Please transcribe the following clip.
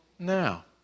Now